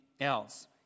else